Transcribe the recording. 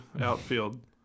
outfield